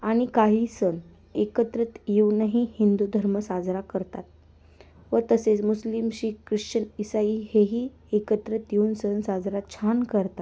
आणि काही सण एकत्रित येऊनही हिंदू धर्म साजरा करतात व तसेच मुस्लिम शीख ख्रिश्चन ईसाई हेही एकत्रित येऊन सण साजरा छान करतात